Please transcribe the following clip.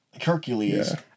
Hercules